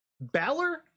Balor